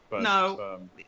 No